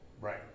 Right